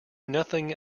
nothing